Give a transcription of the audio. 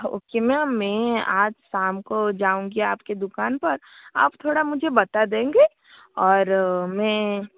okay ma'am मैं आज शाम को जाऊँगी आपकी दुकान पर आप थोड़ा मुझे बता देंगे और मैं